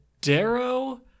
Darrow